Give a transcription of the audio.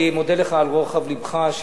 אני מודה לך על רוחב לבך,